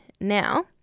now